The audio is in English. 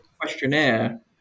questionnaire